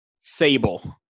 Sable